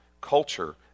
Culture